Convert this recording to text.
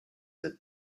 that